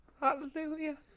Hallelujah